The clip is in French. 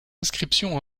inscriptions